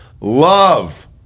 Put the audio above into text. Love